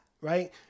right